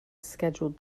scheduled